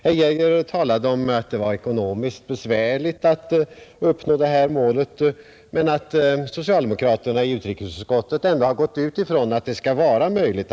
Herr Geijer talade om att det var ekonomiskt besvärligt att uppnå detta mål men att socialdemokraterna i utskottet utgått ifrån att det borde vara möjligt.